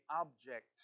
object